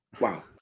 wow